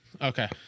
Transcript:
Okay